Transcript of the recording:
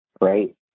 right